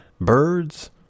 birds